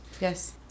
Yes